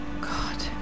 God